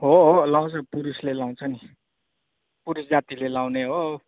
हो हो लगाउँछ पुरुषले लगाउँछ नि पुरुष जातिले लगाउने हो